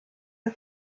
der